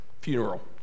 funeral